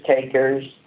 takers